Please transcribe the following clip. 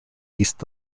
east